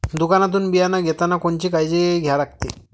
दुकानातून बियानं घेतानी कोनची काळजी घ्या लागते?